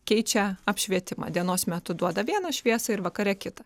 keičia apšvietimą dienos metu duoda vieną šviesą ir vakare kitą